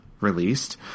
released